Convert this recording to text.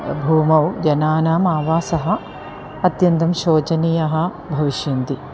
भूमौ जनानाम् आवासः अत्यन्तं शोचनीयः भविष्यन्ति